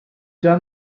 già